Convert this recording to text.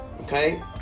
Okay